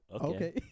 okay